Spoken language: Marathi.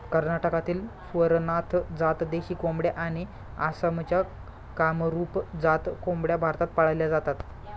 कर्नाटकातील स्वरनाथ जात देशी कोंबड्या आणि आसामच्या कामरूप जात कोंबड्या भारतात पाळल्या जातात